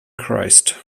christ